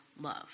Love